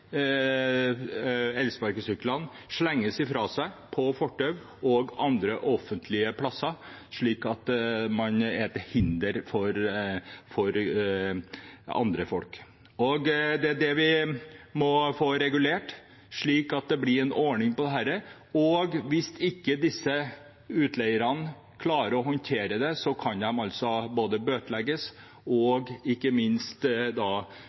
elsparkesyklene slenges på fortau og andre offentlige steder, slik at de er til hinder for andre. Det er det vi må få regulert, slik at det blir en ordning på dette. Hvis disse utleierne ikke klarer å håndtere det, kan de altså bøtelegges, og ikke minst